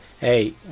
hey